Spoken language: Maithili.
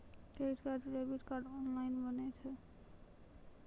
क्रेडिट कार्ड या डेबिट कार्ड ऑनलाइन बनै छै?